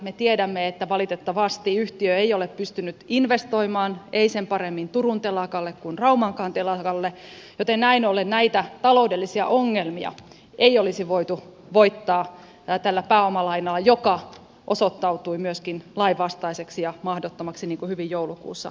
me tiedämme että valitettavasti yhtiö ei ole pystynyt investoimaan sen paremmin turun telakalle kuin raumankaan telakalle joten näin ollen näitä taloudellisia ongelmia ei olisi voitu voittaa tällä pääomalainalla joka osoittautui myöskin lainvastaiseksi ja mahdottomaksi niin kuin hyvin joulukuulta muistamme